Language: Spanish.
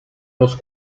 los